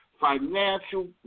financial